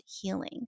healing